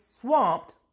swamped